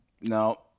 no